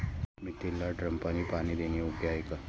मेथीला ड्रिपने पाणी देणे योग्य आहे का?